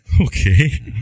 okay